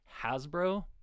Hasbro